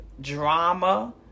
Drama